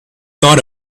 thought